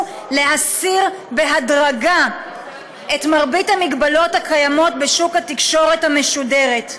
להסיר בהדרגה את מרבית המגבלות הקיימות בשוק התקשורת המשודרת.